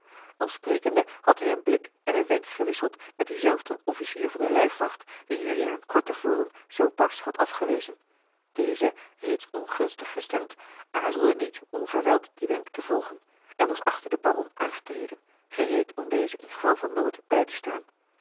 al sprekende had hij een blik en een wenk gewisseld met dienzelfden officier van de lijfwacht die juliaan kort te voren zoo barsch had afgewezen deze reeds ongunstig gestemd aarzelde niet onverwijld dien wenk te volgen en was achter den baron aangetreden gereed om dezen in geval van nood bij te staan